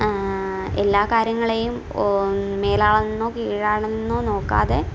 എല്ലാ കാര്യങ്ങളെയും മേലാണെന്നോ കീഴാണെന്നോ നോക്കാതെ